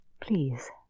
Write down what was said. Please